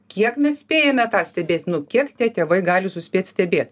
kiek mes spėjame tą stebėt nu kiek tie tėvai gali suspėt stebė